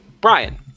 Brian